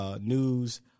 News